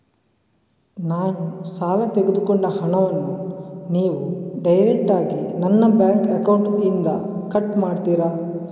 ನಾನು ಸಾಲ ತೆಗೆದುಕೊಂಡ ಹಣವನ್ನು ನೀವು ಡೈರೆಕ್ಟಾಗಿ ನನ್ನ ಬ್ಯಾಂಕ್ ಅಕೌಂಟ್ ಇಂದ ಕಟ್ ಮಾಡ್ತೀರಾ?